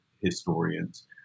historians